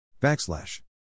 Backslash